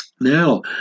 now